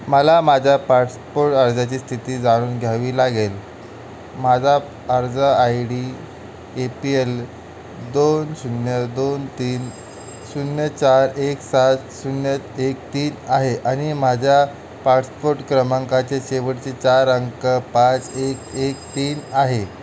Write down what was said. मला माझ्या पासपोर अर्जाची स्थिती जाणून घ्यावी लागेल माझा अर्ज I D A P L दोन शून्य दोन तीन शून्य चार एक सात शून्य एक तीन आहे आणि माझ्या पासपोट क्रमांकाचे शेवटचे चार अंक पाच एक एक तीन आहे